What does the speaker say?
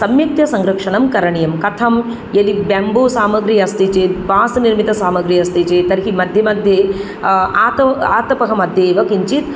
सम्यक्तया संरक्षणं करणीयम् कथं यदि बेम्बू सामग्रि अस्ति चेत् बास् निर्मितसामग्रि अस्ति चेत् तर्हि मध्ये मध्ये आतौ आतपः मध्येव किञ्जित्